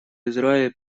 израиль